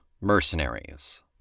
mercenaries